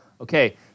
Okay